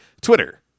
Twitter